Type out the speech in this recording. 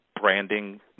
branding